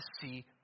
see